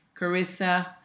Carissa